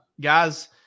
guys